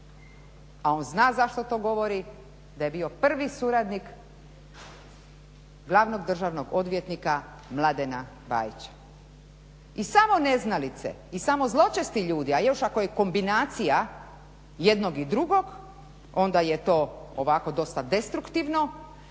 a on zna zašto to govori, da je bio prvi suradnik glavnog državnog odvjetnika Mladena Bajića. I samo neznalice i samo zločesti ljudi, a još ako je kombinacija jednog i drugog onda je to ovako dosta destruktivno,